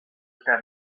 mizero